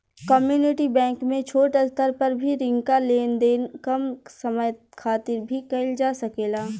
community bank में छोट स्तर पर भी रिंका लेन देन कम समय खातिर भी कईल जा सकेला